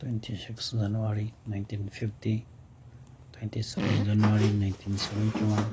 twenty six January nineteen fifty twenty seven January nineteen seventy one